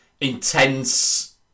intense